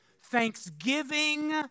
Thanksgiving